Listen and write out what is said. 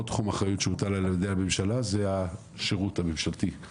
תחום אחריות שהוטל על ידי הממשלה שזה השירות הממשלתי,